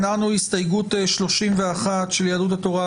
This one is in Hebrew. אנחנו בהסתייגות 31 של יהדות התורה,